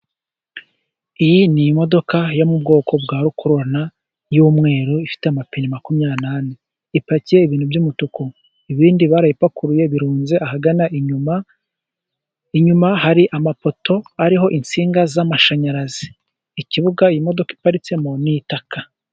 Iyi ni imodoka yo mu bwoko bwa rukururana y'umweru, ifite amapine makumyabiri n'ane, ipakiye ibintu by'umutuku. Ibindi barabipakuruye, birunze ahagana inyuma, inyuma hari amapoto ariho insinga z'amashanyarazi. Ikibuga imodoka iparitsemo ni itaka.